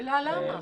השאלה היא למה.